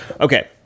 Okay